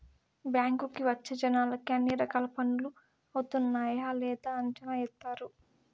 బ్యాంకుకి వచ్చే జనాలకి అన్ని రకాల పనులు అవుతున్నాయా లేదని అంచనా ఏత్తారు